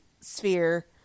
sphere